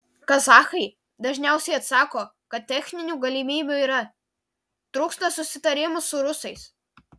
kazachai dažniausiai atsako kad techninių galimybių yra trūksta susitarimų su rusais